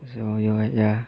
yo yo what ya